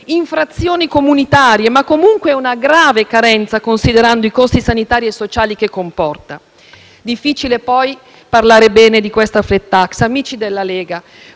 «infrazioni comunitarie», ma comunque è una grave carenza, considerando i costi sanitari e sociali che comporta. Difficile è poi parlare bene di questa *flat tax*. Amici della Lega,